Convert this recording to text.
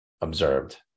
observed